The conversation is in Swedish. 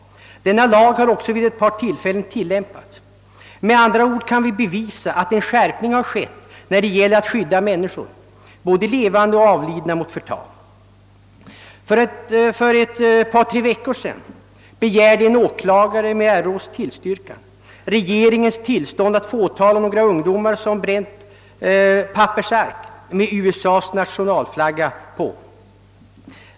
Denna lag har också vid ett par tillfällen tillämpats. Det kan med andra ord bevisas att en skärpning har skett när det gäller att skydda människor — både levande och döda — mot förtal. För ett par tre veckor sedan begärde en åklagare med RAÅ:s tillstyrkan regeringens tillstånd att få åtala några ung domar som bränt pappersark med USA:s nationalflagga på.